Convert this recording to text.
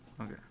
Okay